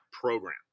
program